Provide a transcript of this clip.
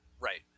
Right